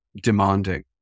demanding